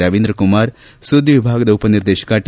ರವೀಂದ್ರ ಕುಮಾರ್ ಸುದ್ದಿ ವಿಭಾಗದ ಉಪ ನಿರ್ದೇಶಕ ಟ